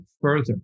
further